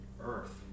earth